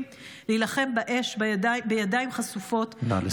להילחם באש בידיים חשופות -- נא לסיים.